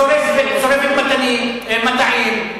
שורפת מטעים,